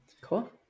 cool